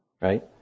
Right